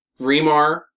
Remar